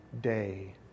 day